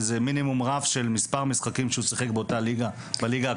איזה מינימום רף של מספר משחקים שהוא שיחק באותה ליגה בליגה הקודמת.